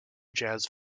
jazz